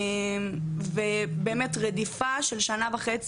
אפרת מייצגת אותי במשפט נגדו.